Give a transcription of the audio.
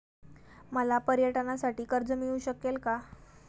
मला पर्यटनासाठी कर्ज मिळू शकेल का?